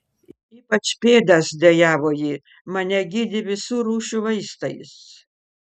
ypač pėdas dejavo ji mane gydė visų rūšių vaistais